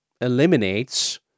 eliminates